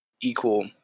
equal